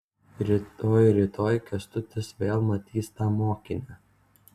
rytoj rytoj kęstutis vėl matys tą mokinę